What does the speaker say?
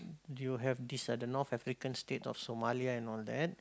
you have this other North African states of Somalia and all that